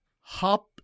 hop